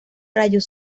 rayos